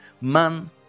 man